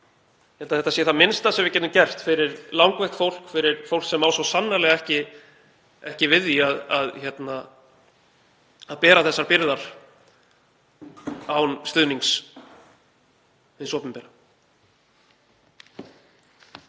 þetta sé það minnsta sem við getum gert fyrir langveikt fólk, fyrir fólk sem má svo sannarlega ekki við því að bera þessar byrðar án stuðnings hins opinbera.